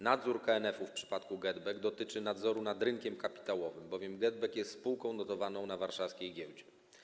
Nadzór KNF-u w przypadku GetBack dotyczy nadzoru nad rynkiem kapitałowym, bowiem GetBack jest spółką notowaną na warszawskiej giełdzie.